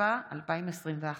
התשפ"א 2021,